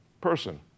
person